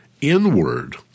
inward